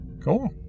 cool